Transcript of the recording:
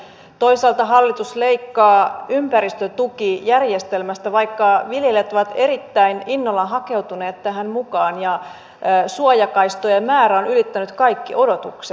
toisaalta hallitus leikkaa ympäristötukijärjestelmästä vaikka viljelijät ovat erittäin innolla hakeutuneet tähän mukaan ja suojakaistojen määrä on ylittänyt kaikki odotukset